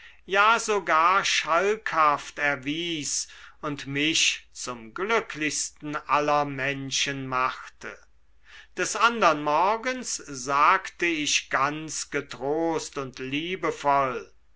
ja sogar schalkhaft erwies und mich zum glücklichsten aller menschen machte des andern morgens sagte ich ganz getrost und